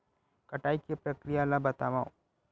कटाई के प्रक्रिया ला बतावव?